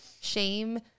shame